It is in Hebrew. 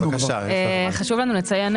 חשוב לנו לציין